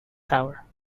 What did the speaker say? power